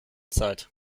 zeit